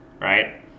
right